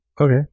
Okay